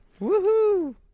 Woohoo